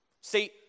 See